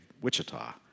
Wichita